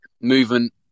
movement